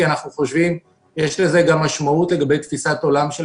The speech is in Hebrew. כי יש לזה גם משמעות לגבי תפיסת עולם של